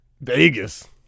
Vegas